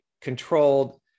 controlled